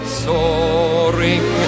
soaring